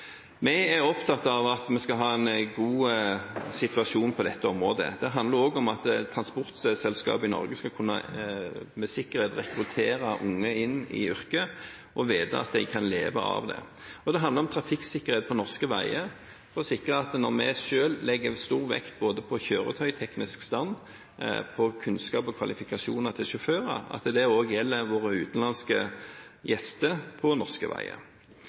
Vi er opptatt av å ha en god situasjon på dette området. Det handler om at transportselskap i Norge med sikkerhet skal kunne rekruttere unge inn i yrket og vite at de kan leve av det, og det handler om trafikksikkerhet på norske veier og å sikre at når vi selv legger stor vekt på både kjøretøyteknisk stand og på kunnskapene og kvalifikasjonene til sjåførene, gjelder det også våre utenlandske gjester på norske veier.